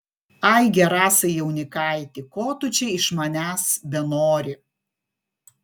ai gerasai jaunikaiti ko tu čia iš manęs benori